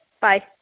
Bye